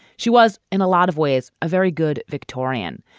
she was, in a lot of ways, a very good victorian.